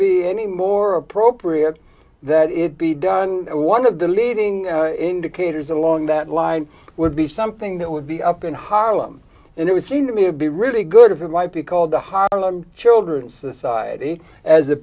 be any more appropriate that it be done and one of the leading indicators along that line would be something that would be up in harlem and it would seem to me to be really good if it might be called the harlem children's society as